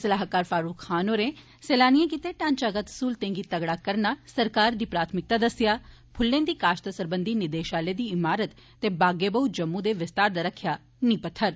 सलाहकार फारुक खान होरें सैलानियें गितै ढांचागत सहलतें गी तगड़ा करना सरकार दी प्राथमिकता दस्सेया फ्ल्लें दी काश्त सरबंधी निदेशालय दी ईमारत ते बागे बाह् जम्मू दे विस्तार दा रक्खेया नींह पत्थर